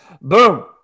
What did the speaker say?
boom